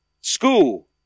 school